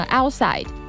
outside